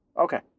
Okay